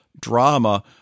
drama